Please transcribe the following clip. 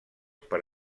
per